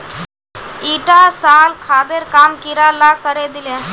ईटा साल खादेर काम कीड़ा ला करे दिले